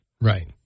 Right